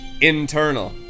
internal